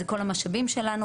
זה כל המשאבים שלנו,